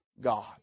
God